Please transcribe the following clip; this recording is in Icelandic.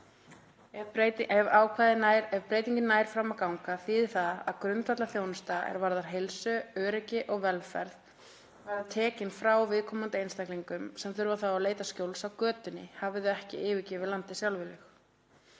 Ef breytingin nær fram að ganga þá þýðir það að grundvallarþjónusta er varðar heilsu, öryggi og velferð verður tekin frá viðkomandi einstaklingum sem þurfa þá að leita skjóls á götunni, hafi þau ekki yfirgefið landið sjálfviljug.